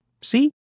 See